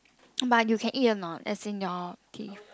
but you can eat or not as in your teeth